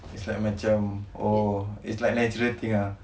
it's like macam oh it's like natural thing ah